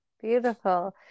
beautiful